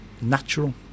natural